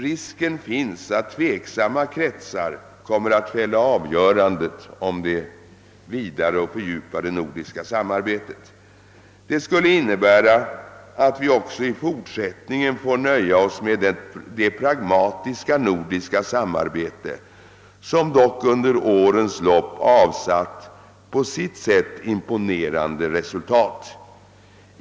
»Risken finns att dessa tveksamma kretsar kommer att fälla avgörandet. Det skulle innebära att vi också i fortsättningen får nöja oss med det pragmatiska nordiska samarbete som dock under årens lopp avsatt på sitt sätt imponerande resultat.